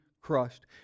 crushed